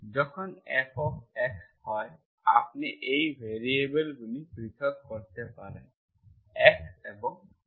যখন fxy হয় আপনি এই ভ্যারিয়েবলগুলি পৃথক করতে পারেন x এবং y